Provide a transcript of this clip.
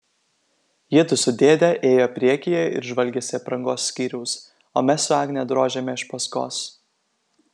jiedu su dėde ėjo priekyje ir žvalgėsi aprangos skyriaus o mes su agne drožėme iš paskos